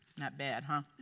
not bad.